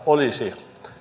olisi